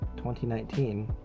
2019